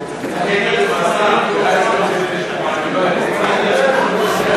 להסיר מסדר-היום את הצעת חוק לתיקון פקודת הסמים